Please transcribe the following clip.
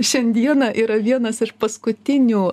šiandieną yra vienas iš paskutinių